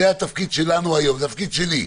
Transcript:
זה התפקיד שלנו היום, התפקיד שלי.